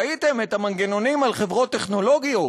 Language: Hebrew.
ראיתם את המנגנונים על חברות טכנולוגיות.